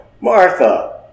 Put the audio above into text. martha